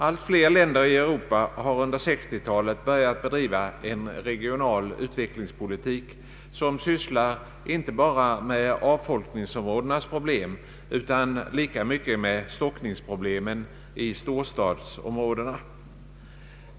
Allt fler länder i Europa har under 1960-talet börjat bedriva en regional utvecklingspolitik som sysslar inte bara med avfolkningsområdenas problem utan lika mycket med stockningsproblemen i storstadsområdena.